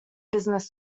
business